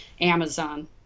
Amazon